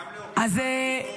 הקם להורגך, זאת ביקורת?